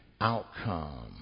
outcome